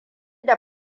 da